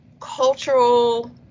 cultural